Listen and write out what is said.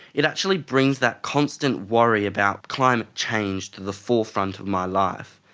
it actually brings that constant worry about climate change to the forefront of my life.